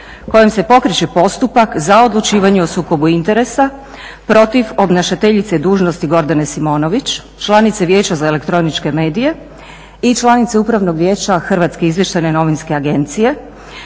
kojom se pokreće postupak za odlučivanje o sukobu interesa protiv obnašateljice dužnosti Gordane Simonović, članice Vijeća za elektroničke medije i članice Upravnog vijeća Hrvatske izvještajne novinske agencije